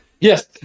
Yes